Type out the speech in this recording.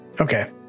Okay